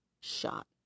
shot